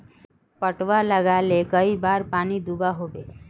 पटवा लगाले कई बार पानी दुबा होबे?